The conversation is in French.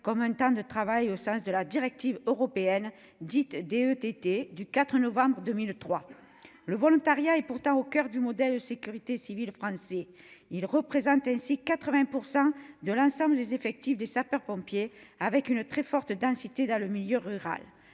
comme un temps de travail au sens de la directive européenne dite « DETT » du 4 novembre 2003. Le volontariat est pourtant au coeur du modèle de sécurité civile français. Il représente ainsi 80 % de l'ensemble des effectifs des sapeurs-pompiers, avec une très forte densité dans le milieu rural.